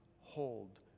hold